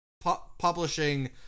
publishing